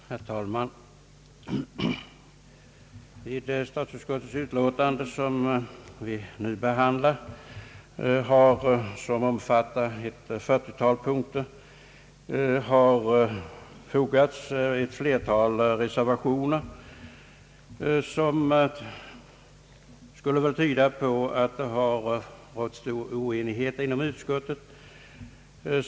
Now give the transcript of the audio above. Herr talman! Till statsutskottets utlåtande nr 58, som vi nu behandlar och som omfattar ett 40-tal punkter, har fogats ett flertal reservationer. Det skulle kunna tyda på att stor oenighet rått inom utskottet.